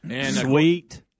Sweet